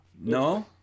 No